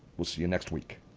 we'll see you next week.